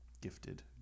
Gifted